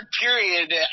period